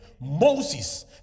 Moses